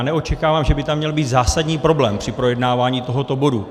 Neočekávám, že by tam měl být zásadní problém při projednávání tohoto bodu.